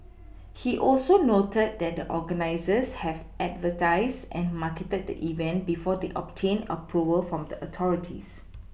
he also noted that the organisers had advertised and marketed the event before they obtained Approval from the authorities